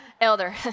Elder